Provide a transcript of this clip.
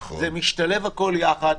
הכול משתלב יחד.